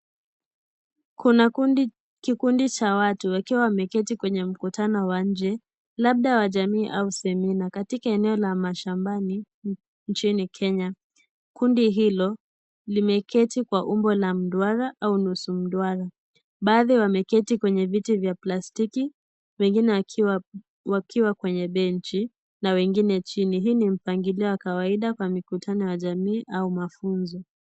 Kuna kikundi cha watu wakiwa wameketi kwenye mkutano wa nje labda wa jamii au semina katika eneo la mashambani nchini Kenya kundi hilo limeketi kwa umbo la mduara au nusumduara baadhi wameketi kwenye viti vya plastiki wengine wakiwa kwenye benchi na wengine chini hii ni mpangilio wa kawaida kwa mkutano wa jamii au mafunzo.